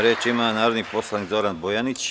Reč ima narodni poslanik Zoran Bojanić.